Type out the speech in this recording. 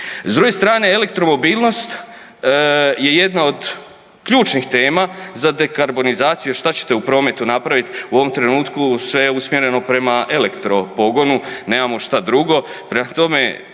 S druge strane elektromobilnost je jedna od ključnih tema za dekarbonizaciju šta ćete u prometu napravit, u ovom trenutku sve je usmjereno prema elektropogonu, nemamo šta drugo.